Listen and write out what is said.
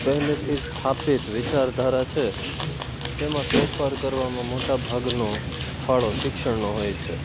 પહેલેથી સ્થાપિત વિચારધારા છે તેમાં ફેરફાર કરવાનો મોટા ભાગનો ફાળો શિક્ષણનો હોય છે